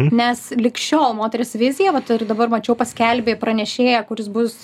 nes lig šiol moters vizija vat ir dabar mačiau paskelbė pranešėją kuris bus